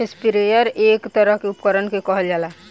sprayer एक तरह के उपकरण के कहल जाला